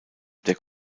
der